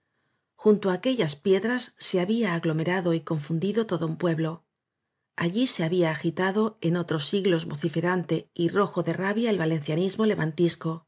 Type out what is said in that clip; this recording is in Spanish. junto á aquellas piedras se había aglomerado y confun dido todp un pueblo allí se había agitado en otros siglos vociferante y rojo de rabia el valencianismo